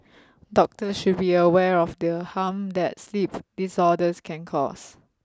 doctors should be aware of the harm that sleep disorders can cause